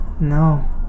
No